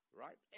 right